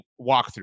walkthrough